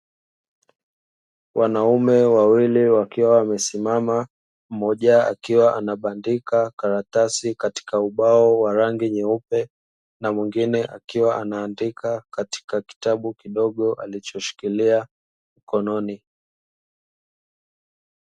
Wanaume wawili wakiwa wamesimama mmoja akiwa anabandika karatasi katika ubao wa rangi nyeupe, na mwingine akiwa anaandika katika kitabu kidogo alichoshikilia mkononi.